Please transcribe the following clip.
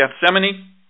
Gethsemane